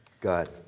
god